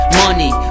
money